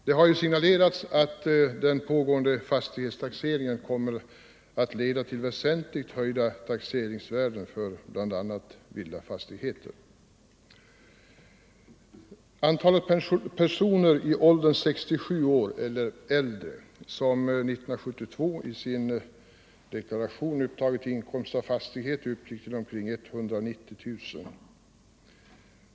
Det har signalerats att pågående fastighetstaxering kommer att leda till väsentligt höjda taxeringsvärden för bl.a. villafastigheter. Antalet personer i åldern 67 år och däröver som år 1972 i sin deklaration upptagit inkomst av fastighet uppgick till omkring 190 000.